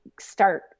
start